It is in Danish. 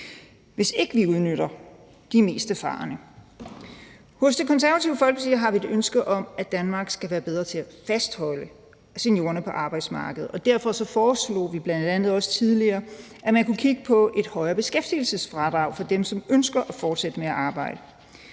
hvis ikke vi udnytter de mest erfarne. Hos Det Konservative Folkeparti har vi et ønske om, at Danmark skal være bedre til at fastholde seniorerne på arbejdsmarkedet, og derfor foreslog vi bl.a. også tidligere, at man kunne kigge på et højere beskæftigelsesfradrag for dem, som ønsker at fortsætte med at arbejde.